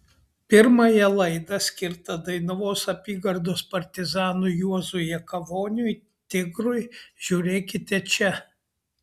pirmąją laidą skirtą dainavos apygardos partizanui juozui jakavoniui tigrui žiūrėkite čia